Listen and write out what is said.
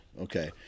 okay